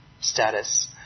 status